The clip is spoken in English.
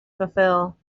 fulfill